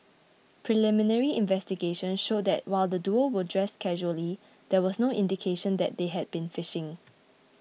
preliminary investigations showed that while the duo were dressed casually there was no indication that they had been fishing